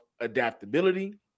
adaptability